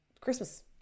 Christmas